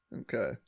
Okay